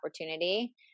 opportunity